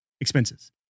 expenses